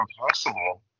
impossible